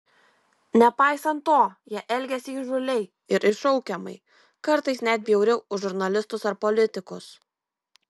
nepaisant to jie elgėsi įžūliai ir iššaukiamai kartais net bjauriau už žurnalistus ar politikus